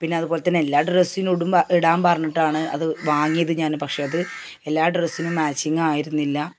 പിന്നെ അതുപോലെ തന്നെ എല്ലാ ഡ്രെസ്സിനും ഇടുമ്പോൾ ഇടാൻ പറഞ്ഞിട്ടാണ് അത് വാങ്ങിയത് ഞാൻ പക്ഷെ അത് എല്ലാ ഡ്രെസ്സിനും മാച്ചിങ്ങായിരുന്നില്ല